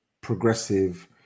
progressive